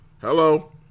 Hello